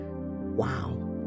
wow